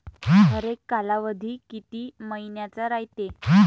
हरेक कालावधी किती मइन्याचा रायते?